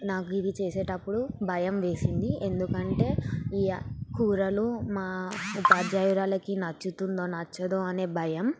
నాకు ఇది చేసేటప్పుడు భయం వేసింది ఎందుకంటే ఈ ఆ కూరలు మా ఉపాధ్యాయురాలకు నచ్చుతుందో నచ్చదో అనే భయం